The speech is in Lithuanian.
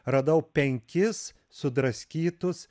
radau penkis sudraskytus